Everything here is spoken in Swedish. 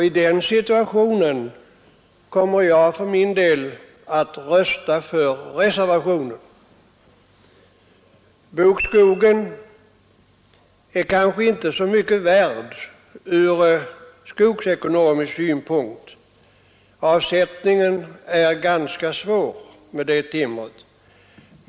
I den situationen kommer jag för min del att rösta för reservationen. Bokskogen är kanske inte så mycket värd från skogsekonomisk synpunkt, eftersom avsättningen av det timret är ganska svår.